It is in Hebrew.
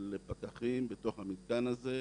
של פקחים בתוך המתקן הזה.